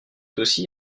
aussi